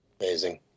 Amazing